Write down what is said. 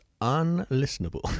unlistenable